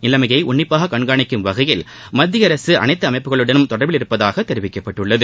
நிலைமையை உன்னிப்பாக கண்காணிக்கும் வகையில் மத்திய அரசு அனைத்து அமைப்புகளுடனும் தொடர்பிலிருப்பதாக தெரிவிக்கப்பட்டுள்ளது